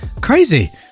crazy